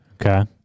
Okay